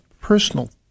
personal